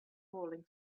falling